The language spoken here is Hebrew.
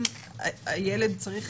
אם ילד צריך